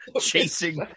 chasing